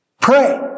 Pray